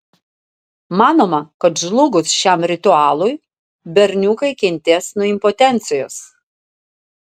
manoma kad žlugus šiam ritualui berniukai kentės nuo impotencijos